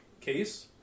case